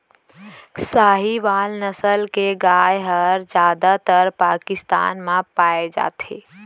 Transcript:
साहीवाल नसल के गाय हर जादातर पाकिस्तान म पाए जाथे